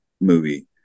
movie